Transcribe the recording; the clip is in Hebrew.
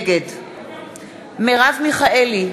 מטרתנו הייתה,